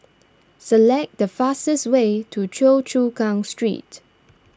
select the fastest way to Choa Chu Kang Street